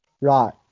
Right